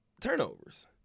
turnovers